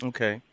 Okay